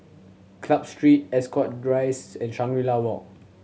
Club Street Ascot Rise and Shangri La Walk